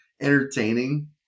entertaining